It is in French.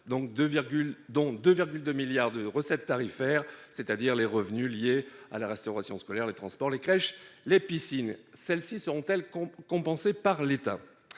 dont 2,2 milliards d'euros de recettes tarifaires, c'est-à-dire les revenus liés à la restauration scolaire, aux transports, aux crèches ou aux piscines. Celles-ci seront-elles compensées par l'État ?